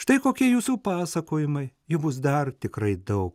štai kokia jūsų pasakojimai jų bus dar tikrai daug